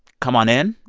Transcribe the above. come on in,